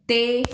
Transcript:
ਅਤੇ